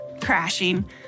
crashing